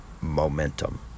momentum